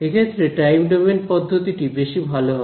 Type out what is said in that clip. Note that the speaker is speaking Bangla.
এক্ষেত্রে টাইম ডোমেন পদ্ধতিটি বেশি ভালো হবে